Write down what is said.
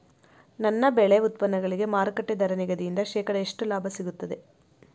ನನ್ನ ಬೆಳೆ ಉತ್ಪನ್ನಗಳಿಗೆ ಮಾರುಕಟ್ಟೆ ದರ ನಿಗದಿಯಿಂದ ಶೇಕಡಾ ಎಷ್ಟು ಲಾಭ ಸಿಗುತ್ತದೆ?